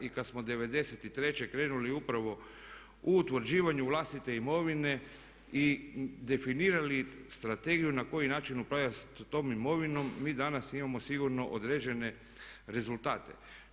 I kad smo '93. krenuli upravo u utvrđivanje vlastite imovine i definirali strategiju na koji način upravljati s tom imovinom mi danas imamo sigurno određene rezultate.